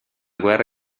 guerra